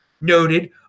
noted